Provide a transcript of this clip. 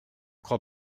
crois